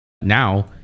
now